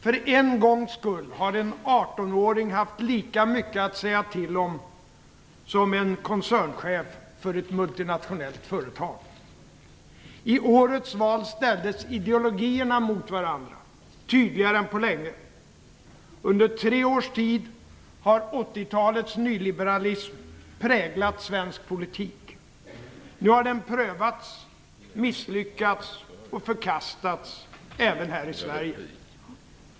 För en gångs skull har en 18-åring haft lika mycket att säga till om som en koncernchef för ett multinationellt företag. I årets val ställdes ideologierna mot varandra tydligare än på länge. Under tre års tid har 80-talets nyliberalism präglat svensk politik. Nu har den prövats, misslyckats och förkastats även här i Sverige.